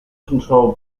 control